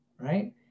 right